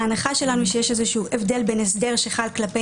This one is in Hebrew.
ההנחה שלנו שיש איזשהו הבדל בין הסדר שחל כלפי